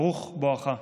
ברוך בואך.